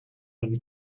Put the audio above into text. when